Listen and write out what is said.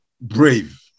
brave